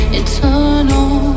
eternal